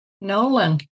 Nolan